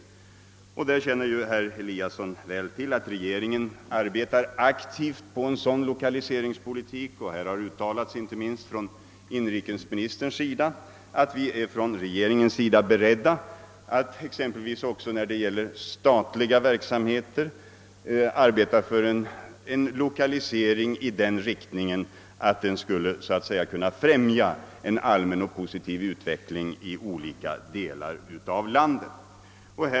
Herr Eliasson känner ju väl till att regeringen arbetar aktivt på en sådan lokaliseringspolitik. Här har uttalats inte minst av inrikesministern, att vi från regeringens sida är beredda att exempelvis också vad beträffar statlig verksamhet arbeta för en sådan lokalisering, att den skulle kunna främja en allmän utveckling i olika delar av landet.